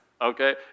okay